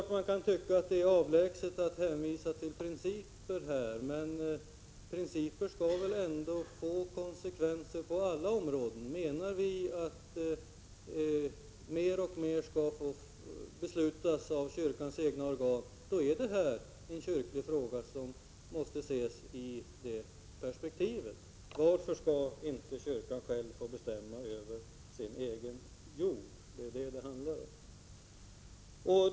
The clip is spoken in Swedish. Man kan givetvis tycka att det är långsökt att hänvisa till principer i detta fall, men principer skall väl ändå få konsekvenser på alla områden. Menar vi att mer och mer skall få beslutas av kyrkans egna organ, då är det här en kyrklig fråga som måste ses i det perspektivet. Varför skall inte kyrkan få bestämma över sin egen jord? Det är detta det handlar om.